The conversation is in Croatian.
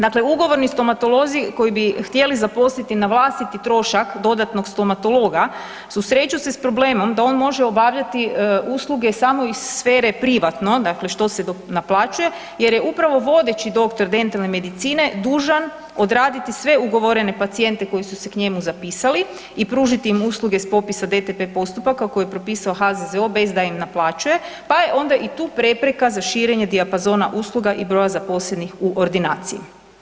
Dakle, ugovorni stomatolozi koji bi htjeli zaposliti na vlastiti trošak dodatnog stomatologa susreću se s problemom da on može obavljati usluge samo iz sfere privatno, dakle što se naplaćuje jer je upravo vodeći doktor dentalne medicine dužan odraditi sve ugovorene pacijente koji su se k njemu zapisali i pružiti im usluge s popisa DTP postupaka koje je propisao HZZO bez da im naplaćuje, pa je onda i tu prepreka za širenje dijapazona usluga i broja zaposlenih u ordinaciji.